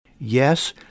Yes